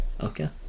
Okay